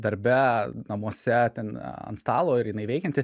darbe namuose ten ant stalo ir jinai veikianti